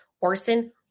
Orson